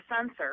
sensor